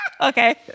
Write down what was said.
Okay